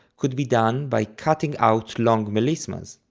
could be done by cutting out long melismas,